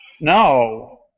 No